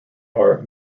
are